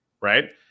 Right